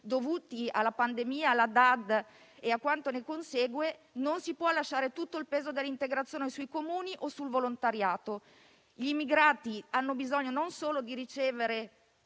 dovuti alla pandemia, alla DAD e a quanto ne consegue. Non si può lasciare tutto il peso dell'integrazione sui Comuni o sul volontariato. Quando arrivano sul nostro territorio,